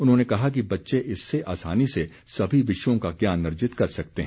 उन्होंने कहा कि बच्चे इससे आसानी से सभी विषयों का ज्ञान अर्जित कर सकते हैं